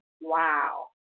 wow